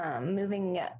Moving